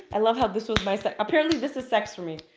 i love how this was my se. apparently this is sex for me.